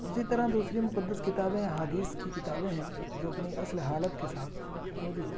اسی طرح دوسری مقدس کتابیں احادیث کی کتابیں ہیں جو اپنی اصل حالت کے ساتھ موجود ہے